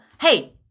hey